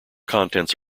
contents